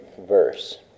verse